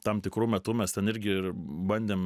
tam tikru metu mes ten irgi ir bandėm